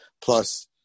plus